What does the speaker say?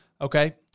Okay